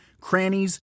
crannies